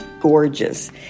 gorgeous